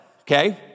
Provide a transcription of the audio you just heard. okay